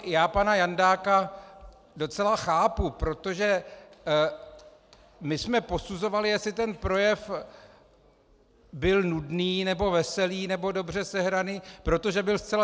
Já pana Jandáka docela chápu, protože my jsme posuzovali, jestli ten projev byl nudný, veselý nebo dobře sehraný, protože byl zcela bezobsažný.